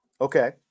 Okay